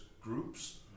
groups